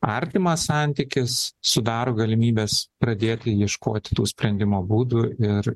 artimas santykis sudaro galimybes pradėti ieškoti tų sprendimo būdų ir